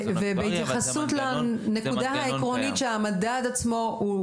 אוקיי ובהתייחסות לנקודה העקרונית שהמדד עצמו,